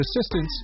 assistance